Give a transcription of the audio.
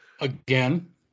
Again